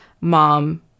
mom